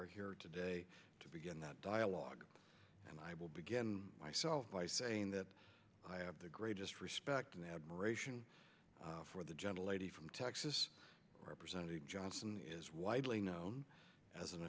are here today to begin that dialogue and i will begin myself by saying that i have the greatest respect and admiration for the gentle lady from texas representative john he is widely known as an